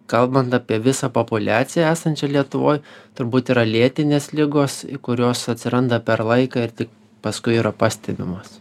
kalbant apie visą populiaciją esančią lietuvoj turbūt yra lėtinės ligos kurios atsiranda per laiką ir tik paskui yra pastebimos